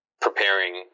preparing